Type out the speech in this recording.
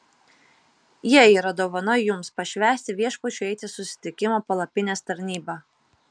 jie yra dovana jums pašvęsti viešpačiui eiti susitikimo palapinės tarnybą